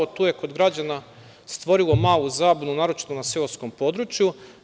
Tu je kod građana stvorilo malu zabunu, naročito na seoskom području.